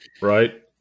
right